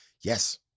Yes